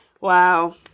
Wow